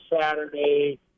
Saturday